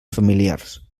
familiars